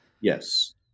Yes